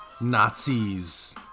Nazis